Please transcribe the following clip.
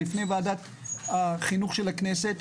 בפני ועדת החינוך של הכנסת,